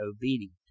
obedient